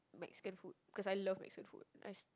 Mexican food cause I love Mexican food